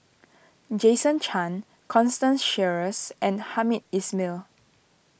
Jason Chan Constance Sheares and Hamed Ismail